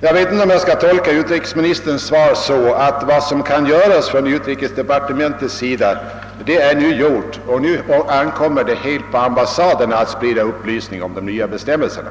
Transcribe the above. Jag vet inte om jag skall tolka utrikesministerns svar så, att vad som kan göras från utrikesdepartementets sida är gjort och att det nu helt ankommer på ambassaderna att sprida upplysning om de nya bestämmelserna.